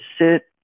sit